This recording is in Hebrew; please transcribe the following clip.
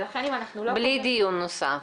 בלי דיון נוסף.